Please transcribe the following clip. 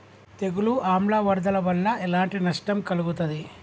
తెగులు ఆమ్ల వరదల వల్ల ఎలాంటి నష్టం కలుగుతది?